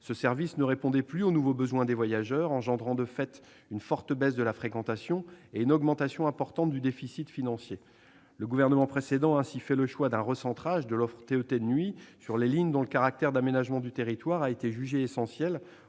: il ne répondait plus aux besoins des voyageurs, engendrant de fait une forte baisse de la fréquentation et une augmentation importante du déficit financier. Ainsi, le gouvernement précédent a fait le choix d'un recentrage de l'offre de TET de nuit sur les lignes dont le caractère d'aménagement du territoire a été jugé essentiel